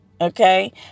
Okay